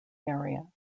area